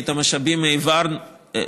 ברגע